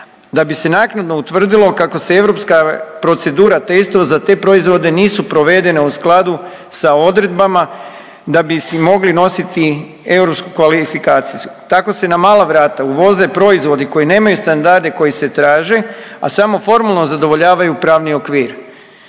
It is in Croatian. da bi se naknadno utvrdilo kako se europska procedura testova za te proizvode nisu provedene u skladu sa odredbama da bi si mogli nositi europsku kvalifikaciju. Tako se ne mala vrata uvoze proizvodi koji nemaju standarde koji se traže, a samo formalno zadovoljavaju pravni okvir.